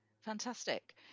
fantastic